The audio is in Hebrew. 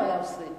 לא היה עושה עם